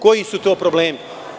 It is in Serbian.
Koji su to problemi?